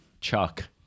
Chuck